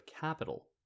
capital